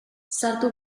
sartu